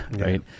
right